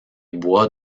bois